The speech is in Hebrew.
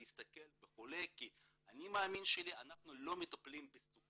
חשוב להסתכל על החולה כי האני המאמין שלי הוא שאנחנו לא מטפלים בסוכר,